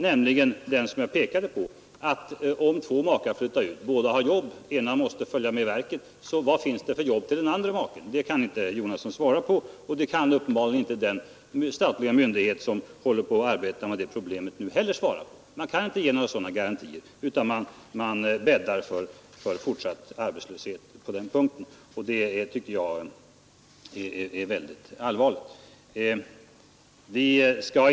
Jag pekade tidigare på detta: Om två makar båda arbetar och den ena måste följa med verket, vad finns det då för jobb till den andra maken på utflyttningsorten? Det kan inte herr Jonasson svara på, och det kan uppenbarligen inte heller den statliga myndighet som håller på att arbeta med det problemet svara på. Man kan inte ge några sådana garantier, utan man bäddar där för fortsatt arbetslöshet. Det tycker jag är mycket allvarligt.